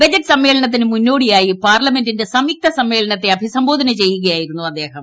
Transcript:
budget സമ്മേളത്തിന് മുന്നോടിയായി പാർലമെന്റിന്റെ സംയുക്ത സമ്മേളനത്തെ അഭിസംബോധന ചെയ്യുകയായിരുന്നു അദ്ദേഹം